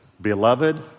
Beloved